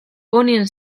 ponien